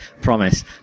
Promise